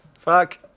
Fuck